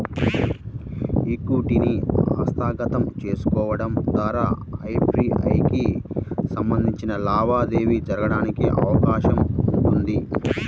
ఈక్విటీని హస్తగతం చేసుకోవడం ద్వారా ఎఫ్డీఐకి సంబంధించిన లావాదేవీ జరగడానికి అవకాశం ఉంటుంది